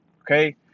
Okay